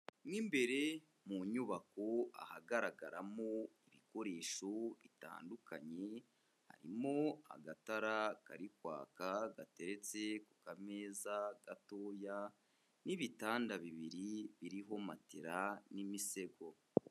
Mo imbere mu nyubako ahagaragaramo ibikoresho bitandukanye, harimo agatara kari kwaka, gateretse ku kameza gatoya n'ibitanda bibiri biriho matera n'imisego.